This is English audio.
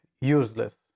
useless